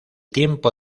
tiempo